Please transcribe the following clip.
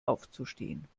aufzustehen